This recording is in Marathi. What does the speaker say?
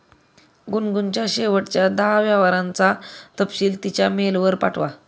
गुनगुनच्या शेवटच्या दहा व्यवहारांचा तपशील तिच्या मेलवर पाठवा